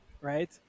right